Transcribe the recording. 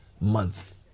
month